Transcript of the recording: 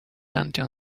until